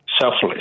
selfless